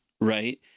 right